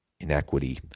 inequity